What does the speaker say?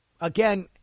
again